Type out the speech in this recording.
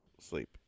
sleep